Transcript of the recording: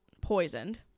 poisoned